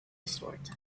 eastward